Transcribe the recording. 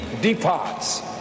departs